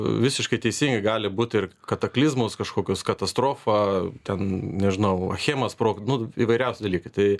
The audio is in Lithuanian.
visiškai teisingai gali būt ir kataklizmos kažkokios katastrofa ten nežinau achema sprogt nu įvairiausi dalykai tai